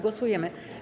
Głosujemy.